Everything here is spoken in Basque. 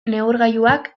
neurgailuak